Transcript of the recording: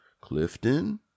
Clifton